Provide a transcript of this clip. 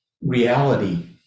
reality